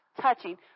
touching